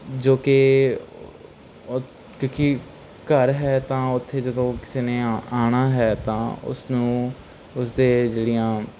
ਜੋ ਕਿ ਕਿਉਂਕਿ ਘਰ ਹੈ ਤਾਂ ਉੱਥੇ ਜਦੋਂ ਕਿਸੇ ਨੇ ਔ ਆਉਣਾ ਹੈ ਤਾਂ ਉਸਨੂੰ ਉਸਦੇ ਜਿਹੜੀਆਂ